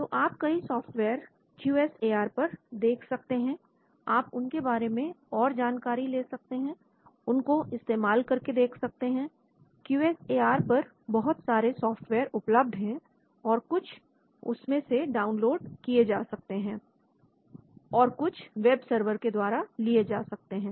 तो आप कई software Q S A R पर देख सकते हैं आप उनके बारे में और जानकारी ले सकते हैं उनको इस्तेमाल करके देख सकते हैं क्यू एस ए आर पर बहुत सारे सॉफ्टवेयर उपलब्ध है और कुछ उसमें से डाउनलोड किए जा सकते हैं और कुछ वेब सर्वर के द्वारा लिए जा सकते हैं